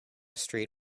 street